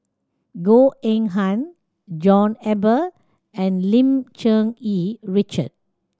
Goh Eng Han John Eber and Lim Cherng Yih Richard